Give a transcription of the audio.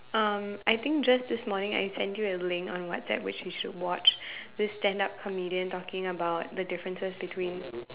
um I think just this morning I sent you a link on WhatsApp which you should watch this stand up comedian talking about the differences between